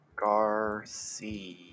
Garcia